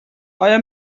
آیا